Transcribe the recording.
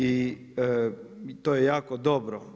I to je jako dobro.